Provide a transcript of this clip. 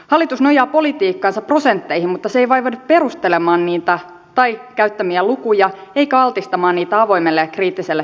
hallitus nojaa politiikkaansa prosentteihin mutta se ei vaivaudu perustelemaan niitä tai käyttämiään lukuja eikä altistamaan niitä avoimelle ja kriittiselle tarkastelulle